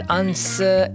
answer